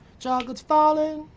chocolate's falling.